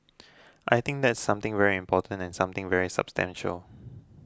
I think that's something very important and something very substantial